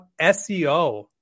SEO